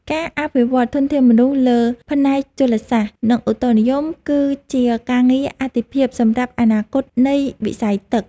ការអភិវឌ្ឍធនធានមនុស្សលើផ្នែកជលសាស្ត្រ និងឧតុនិយមគឺជាការងារអាទិភាពសម្រាប់អនាគតនៃវិស័យទឹក។